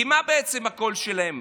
מה הקול שלהם?